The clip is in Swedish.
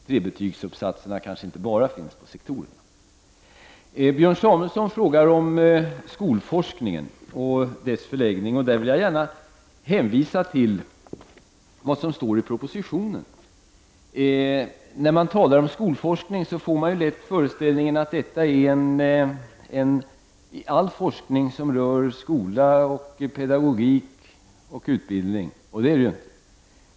Trebetygsuppsatserna finns kanske inte bara på sektorerna. Björn Samuelson undrade över skolforskningen och dess förläggning. Jag vill hänvisa till vad som står i propositionen. När man talar om skolforskning får man lätt föreställningen att detta är en forskning som i allt rör skola, pedagogik och utbildning, men så är inte fallet.